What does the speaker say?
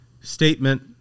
Statement